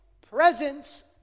presence